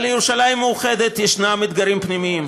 אבל לירושלים מאוחדת ישנם אתגרים פנימיים,